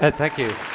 ah thank you.